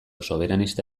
soberanista